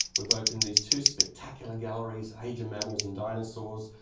we've opened these two spectacular galleries, age of mammals and dinosaurs,